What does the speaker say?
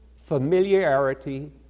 familiarity